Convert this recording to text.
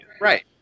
Right